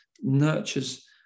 nurtures